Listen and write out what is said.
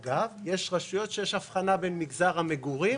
אגב, יש רשויות בהן שיטת המדידה במגזר המגורים